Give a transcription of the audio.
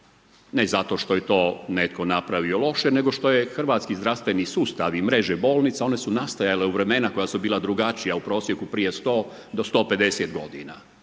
ne zato što je to netko napravio loše, nego što je hrvatski zdravstveni sustav i mreže bolnica, one su nastojale u vremena koja su bila drugačija u prosjeku prije 100-150 godina